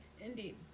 Indeed